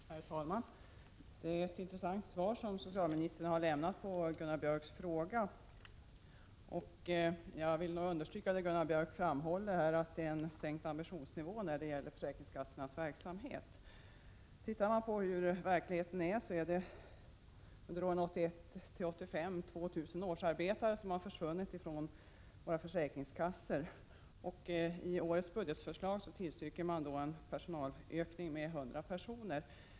Herr talman! Socialministern har lämnat ett intressant svar på Gunnar = 17februari 1987 Björks i Gävle frågor. Jag vill understryka det Gunnar Björk framhåller, att man har sänkt ambitionsnivån när det gäller försäkringskassornas verksamhet. Under åren 1981-1985 har 2 000 årsarbeten försvunnit från våra försäkringskassor. I årets budgetförslag föreslås en personalökning med 100 personer.